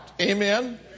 Amen